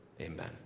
amen